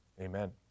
Amen